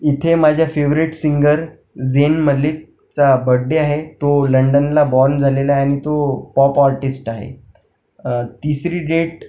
इथे माझ्या favourite singer Zayn मलिकचा बड्डे आहे तो लंडनला बॉर्न झालेला आहे आणि तो पॉप आर्टिस्ट आहे तिसरी डेट